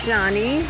Johnny